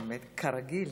כרגיל.